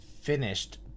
finished